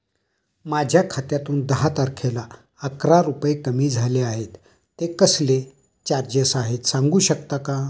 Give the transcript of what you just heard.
माझ्या खात्यातून दहा तारखेला अकरा रुपये कमी झाले आहेत ते कसले चार्जेस आहेत सांगू शकता का?